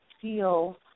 feel